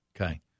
Okay